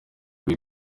kuri